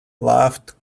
laughed